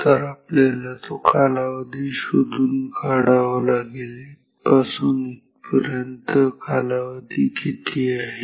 तर आपल्याला तो कालावधी शोधून काढावा लागेल इथपासून इथपर्यंत कालावधी किती आहे